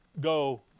go